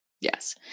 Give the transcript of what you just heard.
Yes